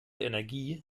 energie